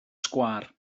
sgwâr